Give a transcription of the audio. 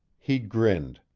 he grinned.